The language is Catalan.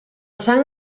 sang